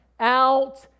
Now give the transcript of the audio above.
out